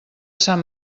sant